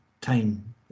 time